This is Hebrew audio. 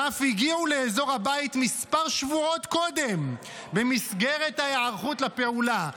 שאף הגיעו לאזור הבית כמה שבועות קודם במסגרת ההיערכות לפעולה.